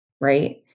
right